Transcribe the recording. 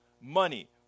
money